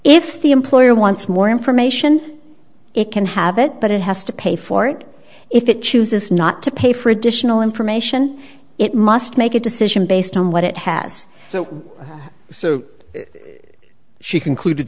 if the employer wants more information it can have it but it has to pay for it if it chooses not to pay for additional information it must make a decision based on what it has so so she concluded